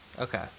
Okay